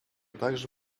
также